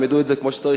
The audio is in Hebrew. שילמדו את זה כמו שצריך,